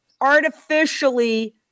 artificially